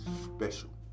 special